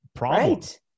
right